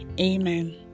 amen